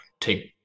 take